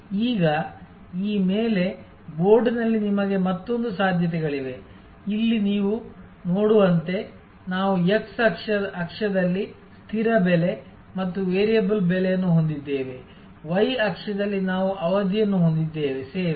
ಈಗ ಈ ಮೇಲೆ ಬೋರ್ಡ್ನಲ್ಲಿ ನಿಮಗೆ ಮತ್ತೊಂದು ಸಾಧ್ಯತೆಗಳಿವೆ ಇಲ್ಲಿ ನೀವು ನೋಡುವಂತೆ ನಾವು x ಅಕ್ಷದಲ್ಲಿ ಸ್ಥಿರ ಬೆಲೆ ಮತ್ತು ವೇರಿಯಬಲ್ ಬೆಲೆಯನ್ನು ಹೊಂದಿದ್ದೇವೆ y ಅಕ್ಷದಲ್ಲಿ ನಾವು ಅವಧಿಯನ್ನು ಹೊಂದಿದ್ದೇವೆ ಸೇವೆ